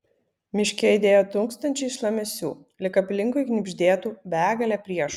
miške aidėjo tūkstančiai šlamesių lyg aplinkui knibždėtų begalė priešų